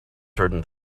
certain